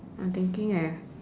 I'm thinking leh